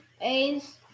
A's